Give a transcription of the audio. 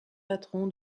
patron